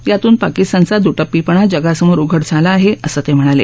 यातून पाकिस्तानचा दुटप्पीपणा जगासमोर उघड झाला आहे असं ते म्हणाले